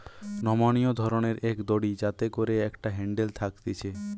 নমনীয় ধরণের এক দড়ি যাতে করে একটা হ্যান্ডেল থাকতিছে